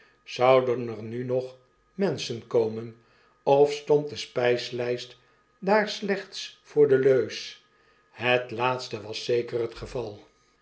zouden er nu nog menschen komen of stond de spyslyst daar slechts voor de leus het laatste was zeker het geval